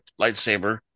lightsaber